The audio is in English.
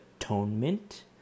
atonement